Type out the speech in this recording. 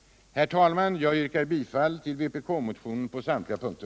Herr talman! Jag yrkar bifall! till vpk-motionen på samtliga punkter.